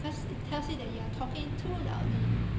cause it tells you that you are talking too loudly